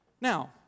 Now